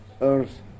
earth